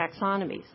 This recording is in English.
taxonomies